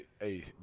Hey